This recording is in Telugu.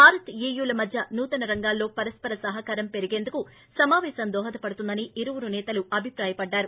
భారత్ ఈయూల మధ్య నూతన రంగాల్లో పరస్పర సహకారం పెరిగేందుకు సమాపేశం దోహదపడుతుందని ఇరువురు నేతలు అభిప్రాయపడ్డారు